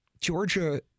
Georgia